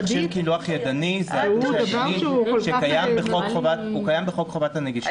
מכשיר קילוח ידני קיים בחוק חובת הנגישות.